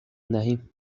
دهیم